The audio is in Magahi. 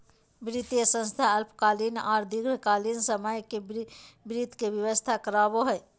वित्तीय संस्थान अल्पकालीन आर दीर्घकालिन समय ले वित्त के व्यवस्था करवाबो हय